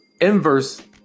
inverse